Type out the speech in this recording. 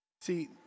See